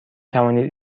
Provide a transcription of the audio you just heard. توانید